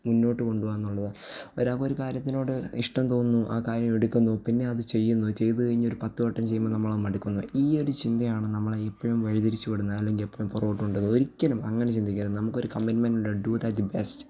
മുന്നോട്ടു കൊണ്ടുവായെന്നുള്ളത് ഒരാൾക്കൊരു കാര്യത്തിനോട് ഇഷ്ടം തോന്നുന്നു ആ കാര്യമെടുക്കുന്നു പിന്നെ അതു ചെയ്യുന്നു ചെയ്തു കഴിഞ്ഞൊരു പത്ത് വട്ടം ചെയ്യുമ്പോൾ നമ്മളത് മടുക്കുന്നു ഈ ഒരു ചിന്തയാണ് നമ്മളെ ഇപ്പോഴും വഴി തിരിച്ചു വിടുന്നു അല്ലെങ്കിൽ എപ്പോൾ പുറകോട്ടു കൊണ്ടു പോകും ഒരിക്കലും അങ്ങനെ ചിന്തിക്കരുത് നമുക്കൊരു കമ്മിറ്റ്മെറ്റുണ്ട് ടു ദാറ്റ് ബെസ്റ്റ്